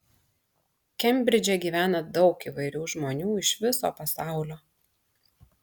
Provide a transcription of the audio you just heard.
kembridže gyvena daug įvairių žmonių iš viso pasaulio